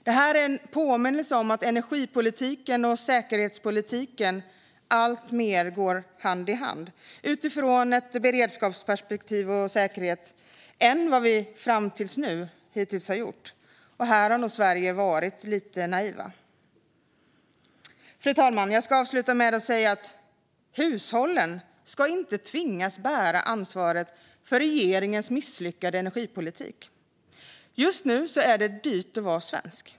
Det här är en påminnelse om att energipolitiken och säkerhetspolitiken går hand i hand utifrån ett beredskaps och säkerhetsperspektiv mer än vad de hittills har gjort. Här har nog Sverige varit lite naivt. Fru talman! Jag ska avsluta med att säga att hushållen inte ska tvingas bära ansvaret för regeringens misslyckade energipolitik. Just nu är det dyrt att vara svensk.